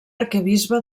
arquebisbe